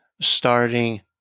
starting